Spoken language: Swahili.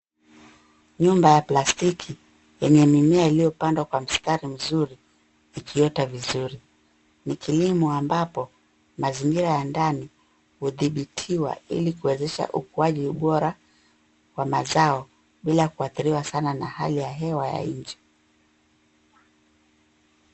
Nyumba ya plastiki yenye mimea ilio pandwa kwa mstari mzuri ikiota vizuri. Ni kilimo ambapo, mazingira ya ndani hudhibitiwa ili kuwezesha ukuaji bora wa mazao bila kuhathiriwa sana na hali ya hewa ya nje.